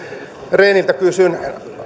rehniltä kysyn